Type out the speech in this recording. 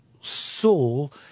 Saul